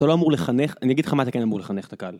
אתה לא אמור לחנך, אני אגיד לך מה אתה כן אמור לחנך, את הקהל.